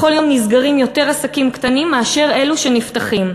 בכל יום נסגרים יותר עסקים קטנים מאשר נפתחים.